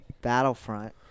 Battlefront